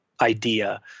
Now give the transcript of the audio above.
idea